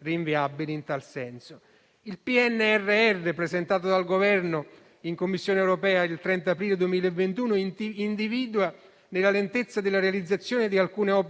rinviabili in tal senso. Il PNRR, presentato dal Governo alla Commissione europea il 30 aprile 2021, individua nella lentezza della realizzazione di alcune